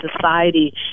society